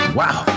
wow